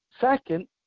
Second